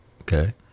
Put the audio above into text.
okay